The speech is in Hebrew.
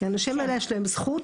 לאנשים האלה יש זכות,